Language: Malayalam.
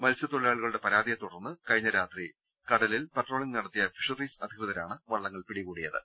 മത്സ്യത്തൊഴിലാളികളുടെ പരാതിയെ തുടർന്ന് കഴിഞ്ഞ രാത്രി കടലിൽ പട്രോളിംഗ് നടത്തിയ ഫിഷറീസ് അധികൃതരാണ് വള്ളങ്ങൾ പിടികൂടിയത്